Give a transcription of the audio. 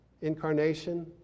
incarnation